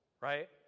right